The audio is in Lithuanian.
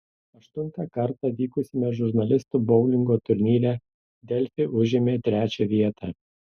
aštuntą kartą vykusiame žurnalistų boulingo turnyre delfi užėmė trečią vietą